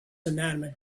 inanimate